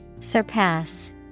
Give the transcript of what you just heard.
Surpass